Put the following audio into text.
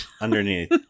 underneath